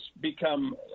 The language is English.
become